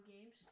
games